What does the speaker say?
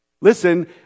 Listen